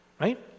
Right